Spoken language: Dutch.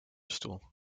stoel